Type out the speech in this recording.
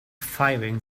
firing